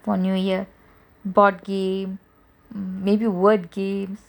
for new year board game maybe word games